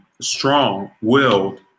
strong-willed